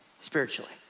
Spiritually